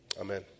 Amen